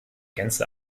gänze